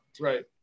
right